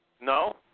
No